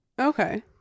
Okay